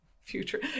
future